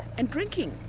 and drinking.